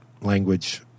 language